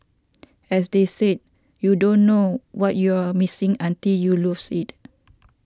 as they say you don't know what you're missing until you lose it